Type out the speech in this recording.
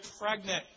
pregnant